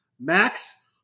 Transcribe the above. Max